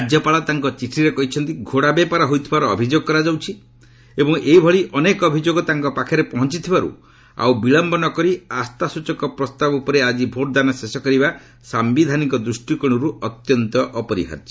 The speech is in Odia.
ରାଜ୍ୟପାଳ ତାଙ୍କ ଚିଠିରେ କହିଛନ୍ତି ଘୋଡ଼ା ବେପାର ହେଉଥିବାର ଅଭିଯୋଗ କରାଯାଉଛି ଏବଂ ଏଇଭଳି ଅନେକ ଅଭିଯୋଗ ତାଙ୍କ ପାଖରେ ପହଞ୍ଚିଥିବାରୁ ଆଉ ବିଳମ୍ବ ନ କରି ଆସ୍ଥାଚୂକ ପ୍ରସ୍ତାବ ଉପରେ ଆକି ଭୋଟ୍ଦାନ ଶେଷ କରିବା ସାମ୍ବିଧାନିକ ଦୃଷ୍ଟିକୋଣରୁ ଅତ୍ୟନ୍ତ ଅପରିହାର୍ଯ୍ୟ